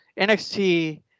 NXT